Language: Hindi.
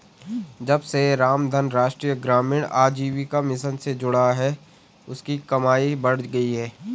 जब से रामधन राष्ट्रीय ग्रामीण आजीविका मिशन से जुड़ा है उसकी कमाई बढ़ गयी है